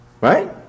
right